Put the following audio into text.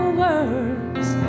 words